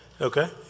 Okay